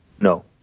No